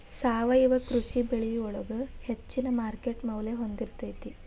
ಸಾವಯವ ಕೃಷಿ ಬೆಳಿಗೊಳ ಹೆಚ್ಚಿನ ಮಾರ್ಕೇಟ್ ಮೌಲ್ಯ ಹೊಂದಿರತೈತಿ